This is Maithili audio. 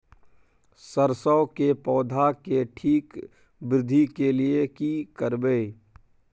सरसो के पौधा के ठीक वृद्धि के लिये की करबै?